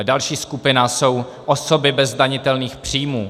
Další skupina jsou osoby bez zdanitelných příjmů.